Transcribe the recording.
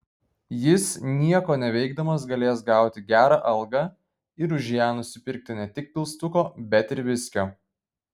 jis nieko neveikdamas galės gauti gerą algą ir už ją nusipirkti ne tik pilstuko bet ir viskio